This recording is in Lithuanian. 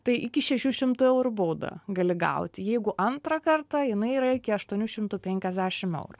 tai iki šešių šimtų eurų baudą gali gauti jeigu antrą kartą jinai yra iki aštuonių šimtų penkiasdešim eurų